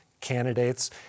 candidates